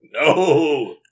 No